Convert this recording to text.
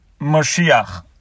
Moshiach